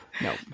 nope